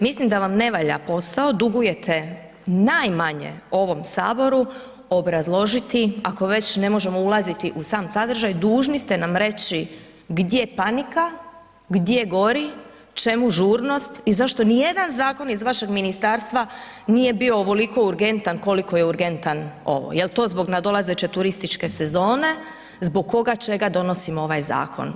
Mislim da vam ne valja posao, dugujete najmanje ovom Saboru obrazložiti, ako već ne možemo ulaziti u sam sadržaj, dužni ste nam reći gdje je panika, gdje gori, čemu žurnost i zašto nijedan zakon iz vašeg zakonodavstva nije bio ovoliko urgentan koliko je urgentan ovaj, jel to zbog nadolazeće turističke sezone, zbog koga čega donosimo ovaj zakon?